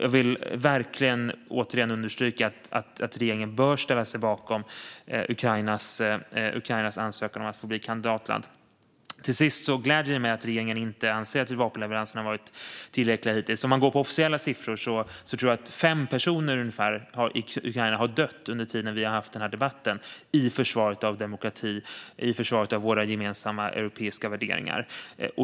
Jag vill verkligen återigen understryka att regeringen bör ställa sig bakom Ukrainas ansökan om att få bli kandidatland. Till sist gläder det mig att regeringen inte anser att vapenleveranserna hittills har varit tillräckliga. Enligt officiella siffror har ungefär fem personer i Ukraina dött under den tid som vi har haft denna debatt, i försvaret av demokrati och våra gemensamma europeiska värderingar.